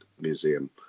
Museum